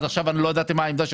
עד עכשיו אני לא ידעתי מה עמדתו.